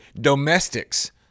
domestics